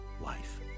life